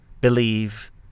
believe